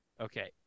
Okay